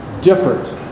different